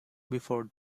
before